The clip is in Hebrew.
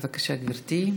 בבקשה, גברתי.